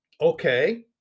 Okay